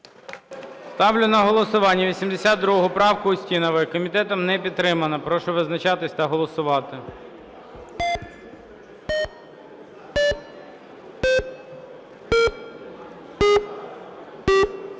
Ставлю на голосування 82 правку Устінової. Комітетом не підтримано. Прошу визначатися та голосувати.